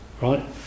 right